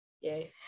Yay